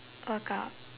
workout